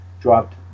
dropped